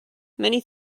many